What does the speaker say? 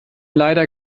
leider